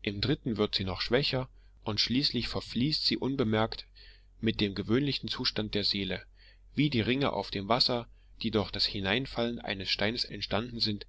im dritten wird sie noch schwächer und schließlich verfließt sie unbemerkt mit dem gewöhnlichen zustand der seele wie die ringe auf dem wasser die durch das hineinfallen eines steines entstanden sind